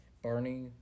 Barney